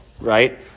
right